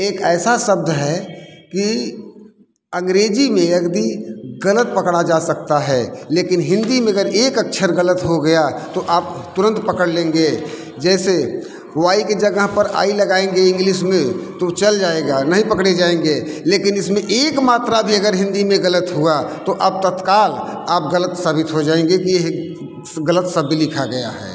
एक ऐसा शब्द है कि अंग्रेजी में यदि गलत पकड़ा जा सकता है लेकिन हिंदी में अगर एक अक्षर गलत हो गया तो आप तुरंत पकड़ लेंगे जैसे वाई की जगह पर आई लगाएँगे इंग्लिश में तो चल जाएगा नही पकड़े जाएँगे लेकिन इसमें एक मात्रा भी अगर हिंदी में गलत हुआ तो आप तत्काल आप गलत साबित हो जाएंगे कि गलत शब्द लिखा गया है